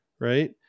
right